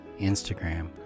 Instagram